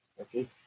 okay